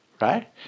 right